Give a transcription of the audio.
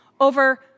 over